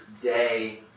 day